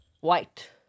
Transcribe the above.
White